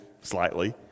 slightly